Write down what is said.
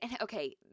okay